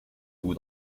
vous